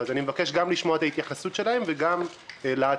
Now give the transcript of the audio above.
אני מבקש גם לשמוע את ההתייחסות שלהם וגם לעצור